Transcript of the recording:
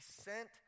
sent